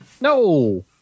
No